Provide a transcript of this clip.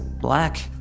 Black